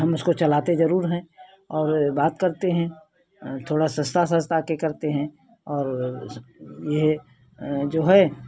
हम उसको चलाते ज़रूर हैं और बात करते हैं थोड़ा सुस्ता सुस्ता के करते हैं और बस ये है जो है